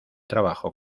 trabajo